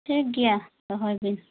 ᱴᱷᱤᱠ ᱜᱮᱭᱟ ᱫᱚᱦᱚᱭ ᱵᱤᱱ